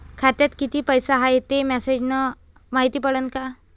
खात्यात किती पैसा हाय ते मेसेज न मायती पडन का?